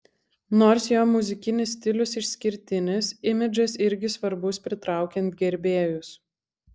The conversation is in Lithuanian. nors jo muzikinis stilius išskirtinis imidžas irgi svarbus pritraukiant gerbėjus